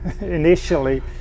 initially